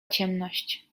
ciemność